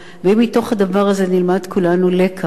ואם מתוך הדבר הזה נלמד כולנו לקח,